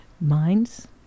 minds